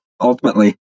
Ultimately